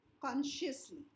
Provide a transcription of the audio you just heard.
consciously